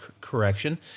correction